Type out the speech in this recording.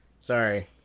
Sorry